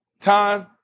time